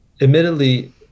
admittedly